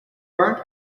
burnt